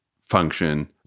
function